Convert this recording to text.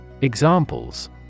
Examples